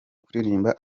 kuririmba